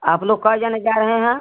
आप लोग कै जने जा रहे हैं